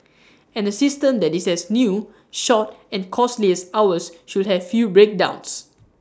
and A system that is as new short and costly as ours should have fewer breakdowns